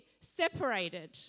separated